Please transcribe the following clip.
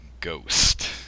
Ghost